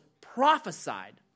prophesied